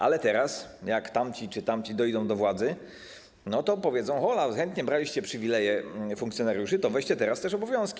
Ale teraz, jak tamci czy tamci dojdą do władzy, to powiedzą: hola, chętnie braliście przywileje funkcjonariuszy, to weźcie teraz też obowiązki.